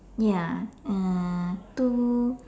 ya uh two